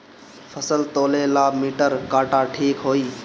फसल तौले ला मिटर काटा ठिक होही?